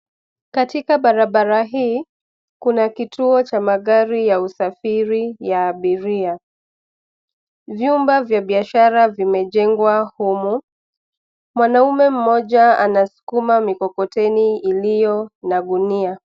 Katika barabara hii kuna kituo cha magari ya usafiri ya abiria. Vyumba za biashara vimejengwa humu. Mwanaume mmoja anasukuma mikokoteni iliyo na gunia.